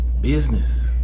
Business